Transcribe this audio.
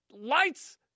lights